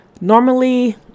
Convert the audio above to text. Normally